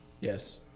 Yes